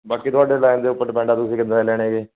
ਬਾਕੀ ਤੁਹਾਡੇ ਲੈਣ ਦੇ ਉੱਪਰ ਡਿਪੈਂਡ ਆ ਤੁਸੀਂ ਕਿੱਦਾ ਦੇ ਲੈਣੇ ਜੀ